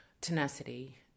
tenacity